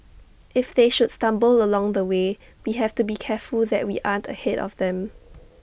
if they should stumble along the way we have to be careful that we aren't ahead of them